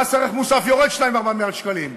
מס ערך מוסף, יורד 2.4 מיליארד שקלים.